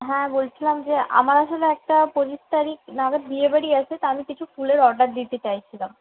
হ্যাঁ বলছিলাম যে আমার আসলে একটা পঁচিশ তারিখ নাগাদ বিয়ে বাড়ি আছে তা আমি কিছু ফুলের অর্ডার দিতে চাইছিলাম